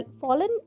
fallen